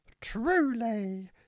Truly